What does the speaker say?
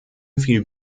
viel